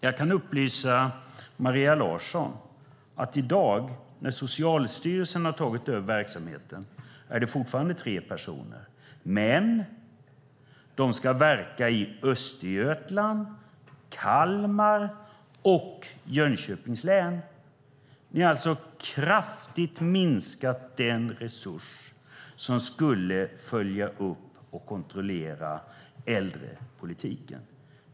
Jag kan upplysa Maria Larsson om att det i dag, när Socialstyrelsen har tagit över verksamheten, fortfarande är tre personer - men de ska verka i Östergötlands, Kalmar och Jönköpings län. Ni har alltså kraftigt minskat den resurs som skulle följa upp och kontrollera äldrepolitiken.